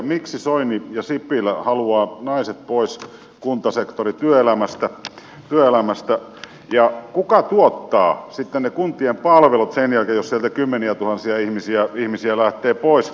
miksi soini ja sipilä haluavat naiset pois kuntasektorityöelämästä ja kuka tuottaa sitten ne kuntien palvelut sen jälkeen jos sieltä kymmeniätuhansia ihmisiä lähtee pois